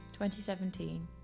2017